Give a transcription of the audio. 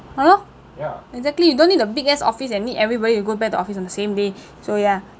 ya lor exactly you don't need the big ass office and need everybody to go back to office on the same day so ya